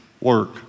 work